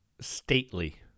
stately